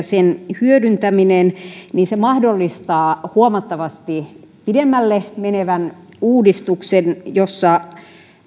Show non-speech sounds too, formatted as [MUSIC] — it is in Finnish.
[UNINTELLIGIBLE] sen hyödyntäminen mahdollistaa huomattavasti pidemmälle menevän uudistuksen jossa